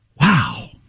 Wow